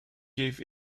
gave